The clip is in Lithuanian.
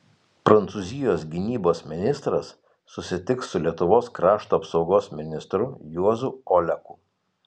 prancūzijos gynybos ministras susitiks su lietuvos krašto apsaugos ministru juozu oleku